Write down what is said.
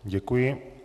Děkuji.